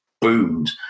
boomed